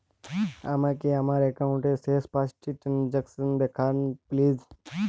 আমাকে আমার একাউন্টের শেষ পাঁচটি ট্রানজ্যাকসন দেখান প্লিজ